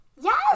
yes